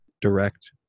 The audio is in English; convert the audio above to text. direct